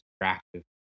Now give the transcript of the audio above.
attractive